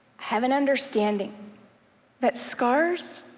have an understanding that scars